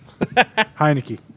Heineke